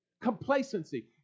Complacency